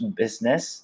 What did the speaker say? business